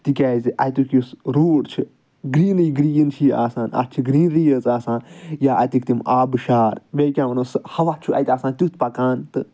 تِکیازِ اَتیُک یُس روٗٹ چھُ گرٛیٖنٕے گرٛیٖن چھُ یہِ آسان اَتھ چھِ گرٛیٖنری یٲژ آسان یا اَتِکۍ تِم آبہٕ شار بیٚیہِ کیاہ وَنو سُہ ہَوا چھُ اَتہِ آسان تیُتھ پَکان تہٕ